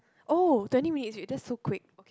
oh twenty minutes already that's so quick okay